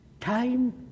time